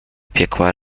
piekła